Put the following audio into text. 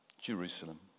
Jerusalem